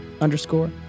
underscore